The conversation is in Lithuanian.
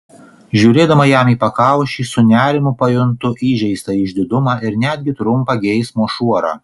žiūrėdama jam į pakaušį su nerimu pajuntu įžeistą išdidumą ir netgi trumpą geismo šuorą